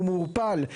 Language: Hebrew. הוא מעורפל,